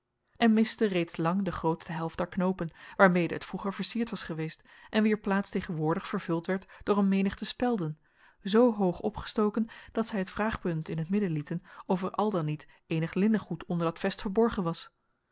en miste reeds lang de grootste helft der knoopen waarmede het vroeger versierd was geweest en wier plaats tegenwoordig vervuld werd door een menigte spelden zoo hoog opgestoken dat zij het vraagpunt in t midden lieten of er al dan niet eenig linnengoed onder dat vest verborgen was